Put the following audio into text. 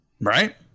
right